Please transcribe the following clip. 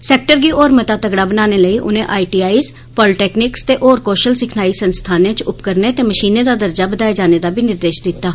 sector गी होर मता तगड़ा बनाने लेई उनें आईटीआईज पालीटैक्निक्स ते होरनें कौशल सिखलाई संस्थानें च उपकरणें ते मशीनें दा दर्जा बदाए जाने दा बी निर्देश दित्ता